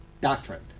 doctrine